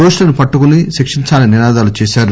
దోషులను పట్టుకొని శిక్షించాలని నినాదాలు చేశారు